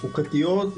חוקתיות,